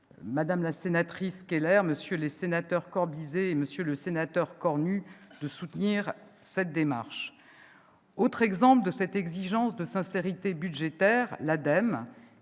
Mme la sénatrice Keller, ainsi que MM. les sénateurs Corbisez et Cornu, de soutenir cette démarche. Autre exemple de cette exigence de sincérité budgétaire, l'ADEME,